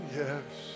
yes